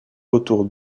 autour